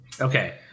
Okay